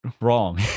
wrong